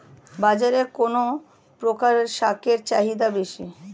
বাজারে কোন প্রকার শাকের চাহিদা বেশী?